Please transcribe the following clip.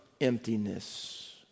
emptiness